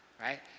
right